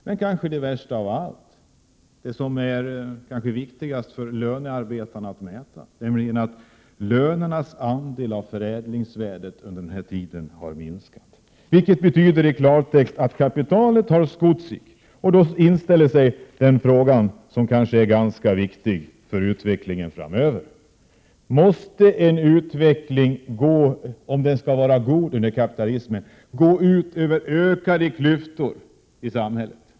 Det kanske värsta av allt och kanske det som är viktigast för lönearbetarna att räkna med är det förhållandet att lönernas andel av förädlingsvärdet har minskat, vilket i klartext betyder att kapitalet har skott sig. Då inställer sig den fråga som är central för utvecklingen framöver: Måste en utveckling, om den sker i överensstämmelse med kapitalismens villkor, leda till ökade klyftor i samhället?